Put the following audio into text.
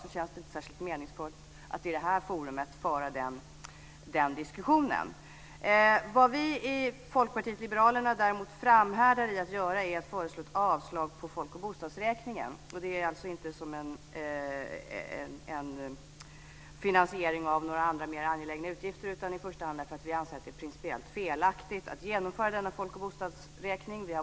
Det känns inte särskilt meningsfullt att föra en diskussion i det här forumet. Vi från Folkpartiet liberalerna framhärdar däremot i vårt yrkande om avslag på folk och bostadsräkningen. Det framför vi inte för att finansiera några andra mera angelägna utgifter utan därför att vi anser det vara principiellt felaktigt att genomföra folk och bostadsräkningen.